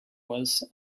was